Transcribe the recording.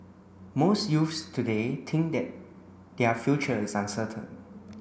most youths today think that their future is uncertain